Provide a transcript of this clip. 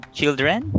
Children